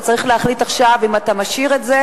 אתה צריך להחליט עכשיו אם אתה משאיר את זה,